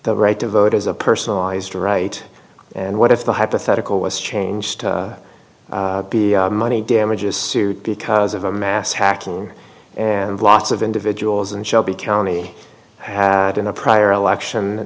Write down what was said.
the right to vote is a personalized right and what if the hypothetical was changed to the money damages suit because of a mass hacking of lots of individuals and shelby county in a prior election